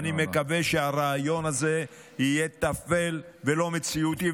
אני מקווה שהרעיון הזה יהיה תפל ולא מציאותי.